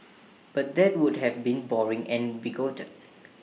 but that would have been boring and bigoted